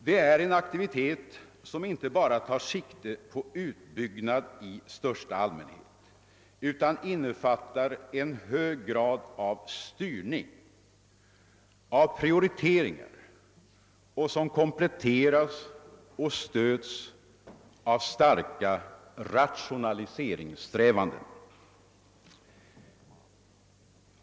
Det är en aktivitet som inte bara tar sikte på utbyggnad i största allmänhet, utan som innefattar en hög grad av styrning och prioriteringar och som kompletteras och stödjes av starka rationaliseringssträvanden.